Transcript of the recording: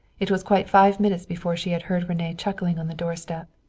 it was quite five minutes before she had heard rene chuckling on the doorstep.